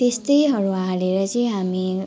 त्यस्तैहरू हालेर चाहिँ हामी